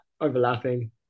overlapping